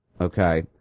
Okay